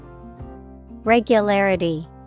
Regularity